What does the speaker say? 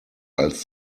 als